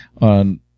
on